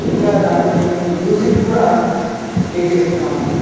ఇంకా దాంట్లో నేను మ్యూజిక్ కూడా ప్లే చేసుకునేవాని